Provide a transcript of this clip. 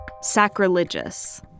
Sacrilegious